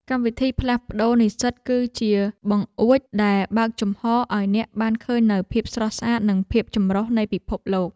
កម្មវិធីផ្លាស់ប្តូរនិស្សិតគឺជាបង្អួចដែលបើកចំហរឱ្យអ្នកបានឃើញនូវភាពស្រស់ស្អាតនិងភាពចម្រុះនៃពិភពលោក។